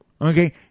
Okay